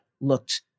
looked